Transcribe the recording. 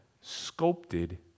sculpted